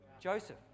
Joseph